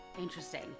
Interesting